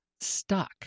stuck